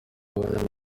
kugabanya